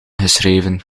geschreven